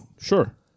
Sure